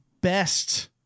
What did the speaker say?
best